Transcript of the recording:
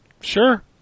Sure